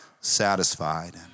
satisfied